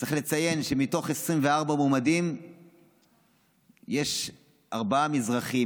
צריך לציין שמתוך 24 מועמדים יש ארבעה מזרחים,